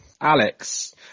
Alex